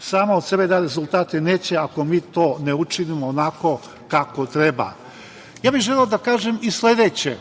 sama od sebe da rezultate, neće ako mi to ne učinimo onako kako treba. Želeo bih da kažem i sledeće.